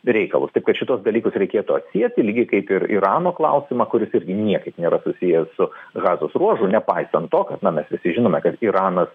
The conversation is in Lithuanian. reikalus taip kad šituos dalykus reikėtų atsieti lygiai kaip ir irano klausimą kuris irgi niekaip nėra susijęs su gazos ruožu nepaisant to kad na mes visi žinome kad iranas